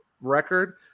record